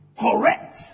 correct